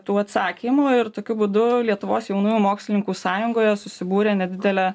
tų atsakymų ir tokiu būdu lietuvos jaunųjų mokslininkų sąjungoje susibūrė nedidelė